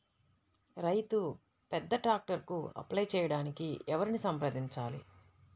రైతు పెద్ద ట్రాక్టర్కు అప్లై చేయడానికి ఎవరిని సంప్రదించాలి?